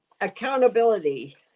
accountability